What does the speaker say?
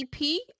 EP